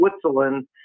Switzerland